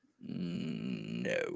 No